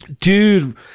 Dude